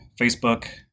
Facebook